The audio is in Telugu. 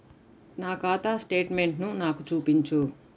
నా ఖాతా స్టేట్మెంట్ను నాకు చూపించు